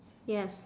yes